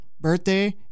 birthday